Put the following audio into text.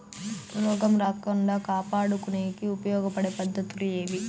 రోగం రాకుండా కాపాడుకునేకి ఉపయోగపడే పద్ధతులు ఏవి?